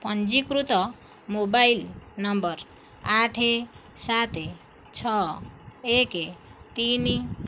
ପଞ୍ଜୀକୃତ mobile number ଆଠ ସାତ ଛଅ ଏକ ତିନି